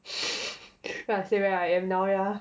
like say where I am now lah